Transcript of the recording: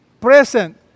Present